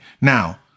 Now